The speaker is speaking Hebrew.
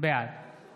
אינה נוכחת